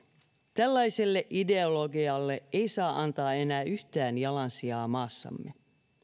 tällaiselle ideologialle ei saa antaa enää yhtään jalansijaa maassamme